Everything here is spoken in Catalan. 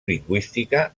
lingüística